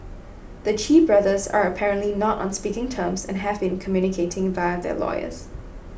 the Chee brothers are apparently not on speaking terms and have been communicating via their lawyers